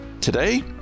Today